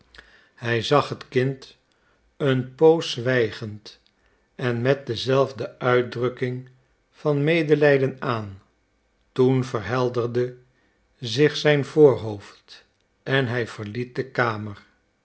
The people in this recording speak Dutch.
hij zag het kind een poos zwijgend en met dezelfde uitdrukking van medelijden aan toen verhelderde zich zijn voorhoofd en hij verliet de kamer